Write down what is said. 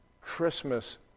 Christmas